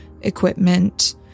equipment